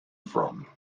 from